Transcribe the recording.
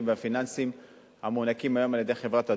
והפיננסיים המוענקים היום על-ידי חברת הדואר.